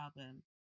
album